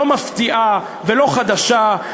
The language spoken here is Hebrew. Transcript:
לא מפתיעה ולא חדשה.